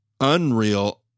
unreal